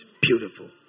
beautiful